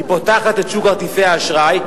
היא פותחת את שוק כרטיסי האשראי,